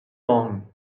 long